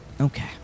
Okay